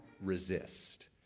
resist